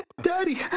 daddy